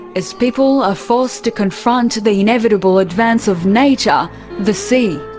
as people are forced to confront the inevitable advance of nature the sea.